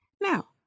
Now